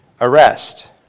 arrest